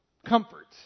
comfort